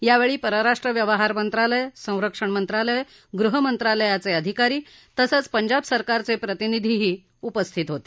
यावेळी परराष्ट्र व्यवहार मंत्रालय संरक्षण मंत्रालय गृह मंत्रालयाचे अधिकारी तसंच पंजाब सरकारचे प्रतिनिधी उपस्थित होते